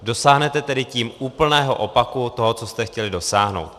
Dosáhnete tím úplného opaku toho, čeho jste chtěli dosáhnout.